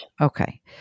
Okay